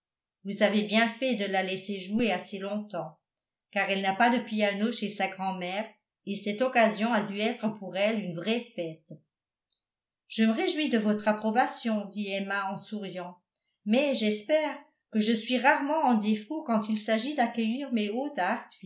vous avez bien fait de la laisser jouer assez longtemps car elle n'a pas de piano chez sa grand'mère et cette occasion a dû être pour elle une vraie fête je me réjouis de votre approbation dit emma en souriant mais j'espère que je suis rarement en défaut quand il s'agit d'accueillir mes hôtes